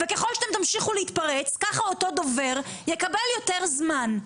וככל שאתם תמשיכו להתפרץ ככה אותו דובר יקבל יותר זמן.